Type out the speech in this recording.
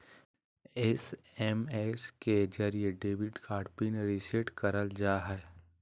SMS के जरिये debit card PIN reset करल जा हय